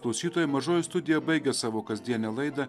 klausytojai mažoji studija baigia savo kasdienę laidą